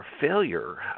failure